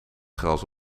gras